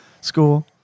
School